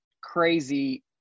crazy